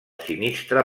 sinistre